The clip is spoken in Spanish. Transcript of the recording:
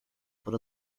por